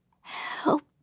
Help